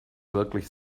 wirklich